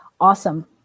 Awesome